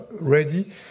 ready